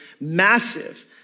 massive